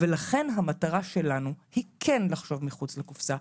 לכן המטרה שלנו היא כן לחשוב מחוץ לקופסא,